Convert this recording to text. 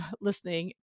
listening